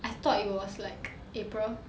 I thought it was like april